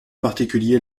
particulier